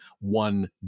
one